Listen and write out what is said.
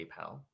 PayPal